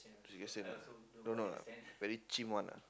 this question don't know ah very cheem [one] ah